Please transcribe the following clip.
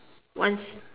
one